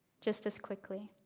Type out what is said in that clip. just as quickly.